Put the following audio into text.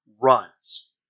runs